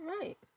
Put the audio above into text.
Right